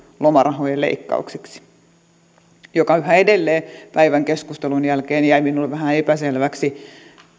lomarahojen leikkauksiksi yhä edelleen päivän keskustelun jälkeen jäi minulle vähän epäselväksi